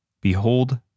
Behold